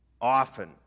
Often